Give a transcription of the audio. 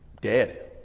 dead